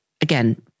Again